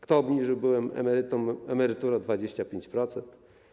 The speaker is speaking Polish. Kto obniżył emerytom emeryturę o 25%?